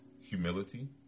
humility